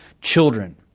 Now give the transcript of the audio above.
children